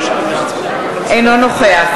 אינו נוכח